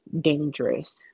dangerous